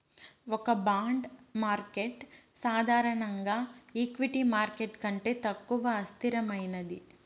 ఒక bond market సాధారణంగా equity market కంటే తక్కువ అస్థిరమైనది